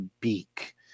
beak